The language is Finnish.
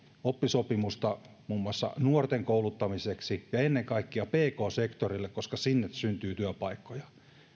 oppisopimusta muun muassa nuorten kouluttamiseksi ja ennen kaikkea pk sektorille koska sinne syntyy työpaikkoja